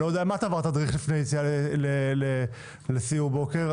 אני לא יודע מה את אמרת בתדריך לפני היציאה לסיור בוקר,